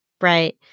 Right